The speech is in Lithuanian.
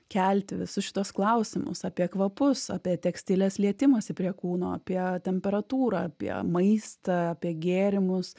kelti visus šituos klausimus apie kvapus apie tekstilės lietimąsi prie kūno apie temperatūrą apie maistą apie gėrimus